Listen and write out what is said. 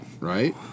Right